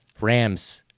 Rams